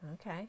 okay